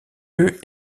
lieu